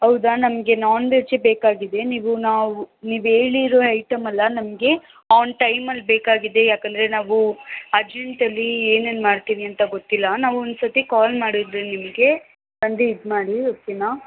ಹೌದಾ ನಮಗೆ ನಾನ್ ವೆಜ್ಜೆ ಬೇಕಾಗಿದೆ ನೀವು ನಾವು ನೀವೇಳಿರೊ ಐಟಮ್ಮಲ್ಲ ನಮಗೆ ಆನ್ ಟೈಮಲ್ಲಿ ಬೇಕಾಗಿದೆ ಯಾಕಂದರೆ ನಾವು ಅರ್ಜೆಂಟಲ್ಲಿ ಏನೇನು ಮಾಡ್ತೀವಿ ಅಂತ ಗೊತ್ತಿಲ್ಲ ನಾವೊಂದುಸತಿ ಕಾಲ್ ಮಾಡಿದರೆ ನಿಮಗೆ ಬಂದು ಇದು ಮಾಡಿ ಓಕೆನಾ